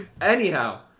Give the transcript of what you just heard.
Anyhow